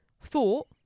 thought